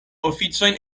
oficojn